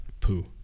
poo